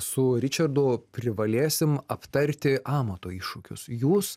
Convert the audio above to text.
su ričardu privalėsim aptarti amato iššūkius jūs